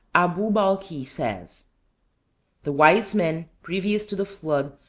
abou balkhi says the wise men, previous to the flood,